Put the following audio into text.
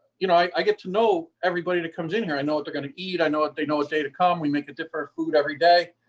you know, i i get to know everybody that comes in here. i know what they're going to eat, i know what they know is day to come, we make a different food every day.